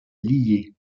lié